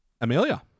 Amelia